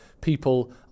people